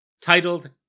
titled